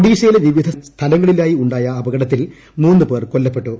ഒഡീഷയിലെ വിവിധ സ്ഥലങ്ങളിലായി ഉണ്ടായ അപകടത്തിൽ മൂന്ന് പേർ കൊല്ലപ്പെട്ടു